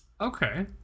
okay